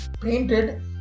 painted